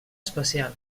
especial